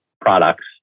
products